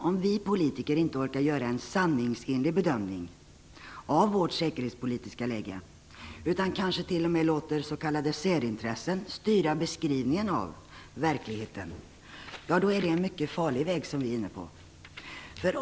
Om vi politiker inte orkar göra en sanningsenlig bedömning av vårt säkerhetspolitiska läge, utan kanske t.o.m. låter s.k. särintressen styra beskrivningen av verkligheten, är vi inne på en mycket farlig väg.